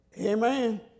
Amen